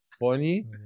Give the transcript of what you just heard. funny